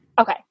Okay